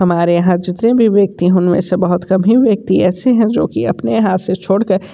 हमारे यहाँ जितने भी व्यक्ति है उनमें से बहुत कभी व्यक्ति ऐसे हैं जो कि अपने हाथ से छोड़कर